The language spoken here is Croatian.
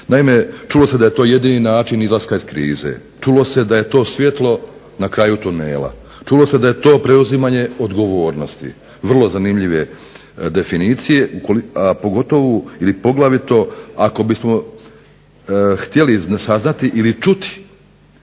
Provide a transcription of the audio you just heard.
Naime, čulo se da je to jedini način izlaska iz krize, čulo se da je to svjetlo na kraju tunela, čulo se da je to preuzimanje odgovornosti. Vrlo zanimljive definicije, a pogotovo ili poglavito ako bismo htjeli saznati ili čuti